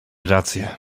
rację